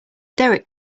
derek